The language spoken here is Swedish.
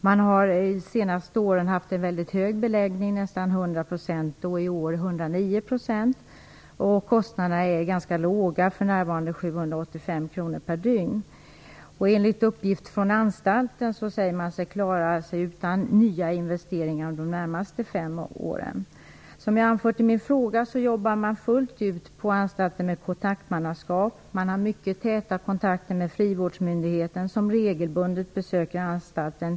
Man har de senaste åren haft en väldigt hög beläggning - nästan 100 % och i år 109 %. Kostnaderna är ganska låga, för närvarande 785 kr per dygn. Enligt uppgift från anstalten klarar man sig utan nya investeringar under de närmaste fem åren. Som jag har anfört i min fråga jobbar man på anstalten fullt ut med kontaktmannaskap. Man har mycket täta kontakter med frivårdsmyndigheten, som regelbundet besöker anstalten.